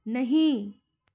नहीं